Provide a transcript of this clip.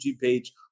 page